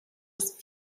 ist